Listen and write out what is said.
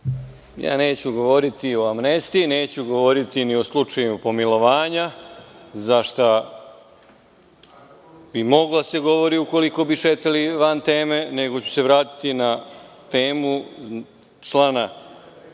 Neću govoriti o amnestiji, neću govoriti ni o slučaju pomilovanja o čemu bi moglo da se govori, ukoliko bi šetali van teme, nego ću se vratiti na temu člana 3.